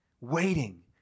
Waiting